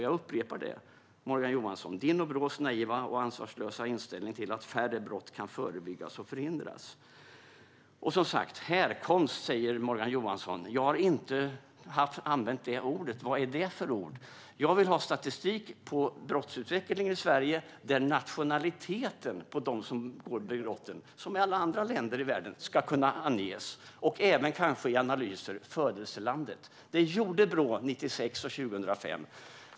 Jag upprepar: Morgan Johanssons och Brås naiva och ansvarslösa inställning innebär att färre brott kan förebyggas och förhindras. Morgan Johansson talar om härkomst. Jag har som sagt inte använt detta ord. Vad är det för ord? Jag vill ha statistisk över brottsutvecklingen i Sverige där nationaliteten på dem som begår brotten ska kunna anges, som i alla andra länder. I analyser kanske man även ska ange födelselandet. Detta gjorde Brå 1996 och 2005.